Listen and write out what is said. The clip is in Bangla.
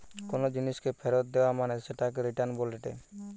কোনো জিনিসকে ফেরত দেয়া মানে সেটাকে রিটার্ন বলেটে